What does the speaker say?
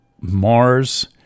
Mars